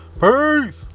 peace